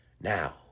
Now